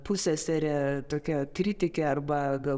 pusseserė tokia kritikė arba gal